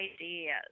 ideas